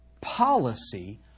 policy